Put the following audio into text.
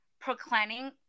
proclaiming